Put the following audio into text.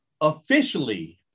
officially